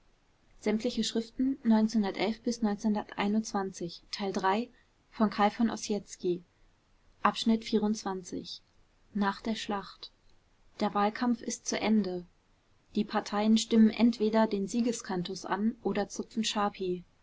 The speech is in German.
nach der schlacht der wahlkampf ist zu ende die parteien stimmen entweder den siegeskantus an oder zupfen scharpie